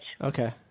Okay